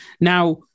Now